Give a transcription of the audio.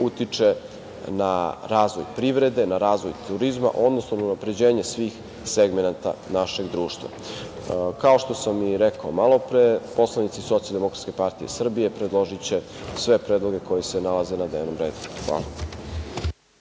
utiče na razvoj privrede, na razvoj turizma, odnosno na unapređenje svih segmenata našeg društva. Kao što sam i rekao malo pre, poslanici Socijaldemokratske partije Srbije glasaće za sve predloge koji se nalaze na dnevnom redu. Hvala.